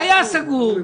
סגורה,